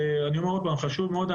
אני אומר עוד פעם חשוב מאוד שתהיה